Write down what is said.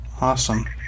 awesome